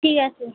ঠিক আছে